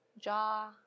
jaw